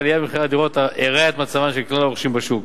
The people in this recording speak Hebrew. העלייה במחירי הדירות הרעה את מצבם של כלל הרוכשים בשוק.